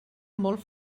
molt